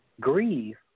Grieve